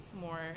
more